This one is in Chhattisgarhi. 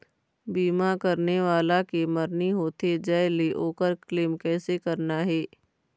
बीमा करने वाला के मरनी होथे जाय ले, ओकर क्लेम कैसे करना हे?